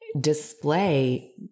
display